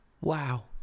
wow